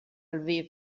lviv